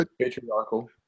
Patriarchal